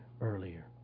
earlier